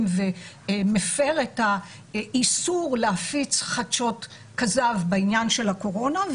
ומפר את האיסור להפיץ חדשות כזב בעניין של הקורונה,